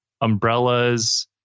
Umbrellas